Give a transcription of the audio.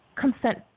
consent